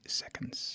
seconds